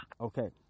okay